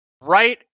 right